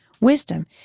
wisdom